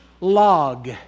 log